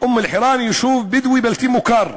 אום-אלחיראן, יישוב בדואי בלתי מוכר.